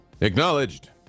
Acknowledged